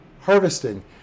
harvesting